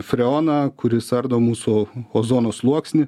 freoną kuris ardo mūsų ozono sluoksnį